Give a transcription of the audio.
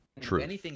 True